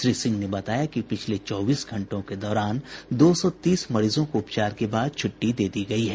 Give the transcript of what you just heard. श्री सिंह ने बताया कि पिछले चौबीस घंटों के दौरान दो सौ तीस मरीजों को उपचार के बाद छुट्टी दे दी गयी है